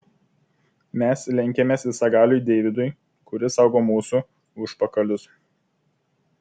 mes lenkiamės visagaliui deividui kuris saugo mūsų užpakalius